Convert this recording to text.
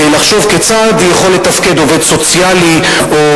לחשוב כיצד יכול לתפקד עובד סוציאלי או